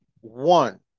one